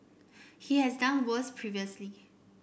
he has done worse previously